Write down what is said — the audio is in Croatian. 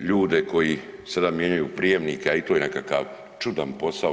ljude koji sada mijenjaju prijemnike, a i to je nekakav čudan posao.